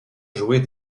jouer